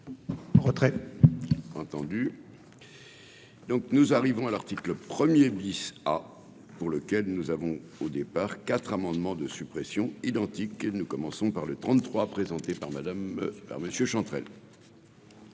retraites entendu. Donc, nous arrivons à l'article 1er bis à pour lequel nous avons au départ quatre amendements de suppression identiques et nous commençons par le 33 présenté par Madame